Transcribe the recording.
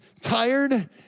tired